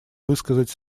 высказать